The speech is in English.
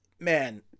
man